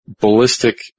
ballistic